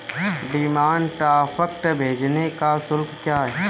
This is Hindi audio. डिमांड ड्राफ्ट भेजने का शुल्क क्या है?